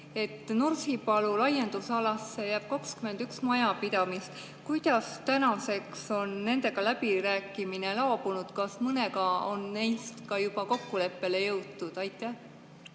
Nursipalu laiendusalasse jääb 21 majapidamist. Kuidas tänaseks on nendega läbirääkimine laabunud? Kas mõnega neist on ka juba kokkuleppele jõutud? Aitäh!